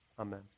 Amen